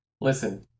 Listen